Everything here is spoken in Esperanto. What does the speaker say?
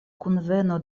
kunveno